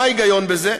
מה ההיגיון בזה?